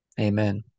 Amen